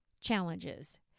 challenges